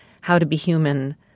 how-to-be-human